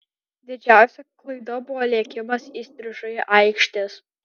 didžiausia klaida buvo lėkimas įstrižai aikštės